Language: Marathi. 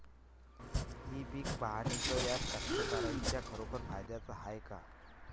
इ पीक पहानीचं ॲप कास्तकाराइच्या खरोखर फायद्याचं हाये का?